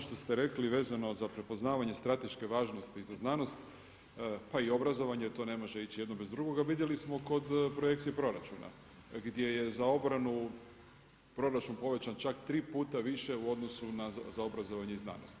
što ste rekli vezano za prepoznavanje strateške važnosti za znanost, pa i obrazovanje, to ne može ići jedno bez drugoga, vidjeli smo kod projekcije proračuna gdje je za obranu proračun povećan čak tri puta više u odnosu za obrazovanje i znanost.